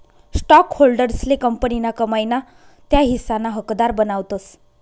स्टॉकहोल्डर्सले कंपनीना कमाई ना त्या हिस्साना हकदार बनावतस